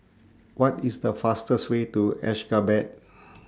What IS The fastest Way to Ashgabat